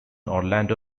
orlando